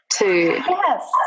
Yes